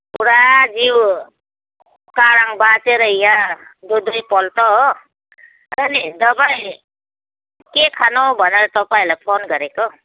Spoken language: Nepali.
पुरा जिउ करङ भाँचिएर यहाँ दुई दुईपल्ट हो र नि दबाई के खानु भनेर तपाईँहरूलाई फोन गरेको